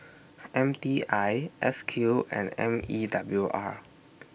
M T I S Q and M E W R